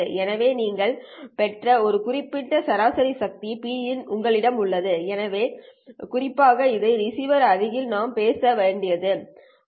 எனவே நீங்கள் பெற்ற ஒரு குறிப்பிட்ட சராசரி சக்தி Pin உங்களிடம் உள்ளது எனவே குறிப்பாக இதை ரிசீவர் அருகில் நாம் பேச வேண்டியது ஆகும்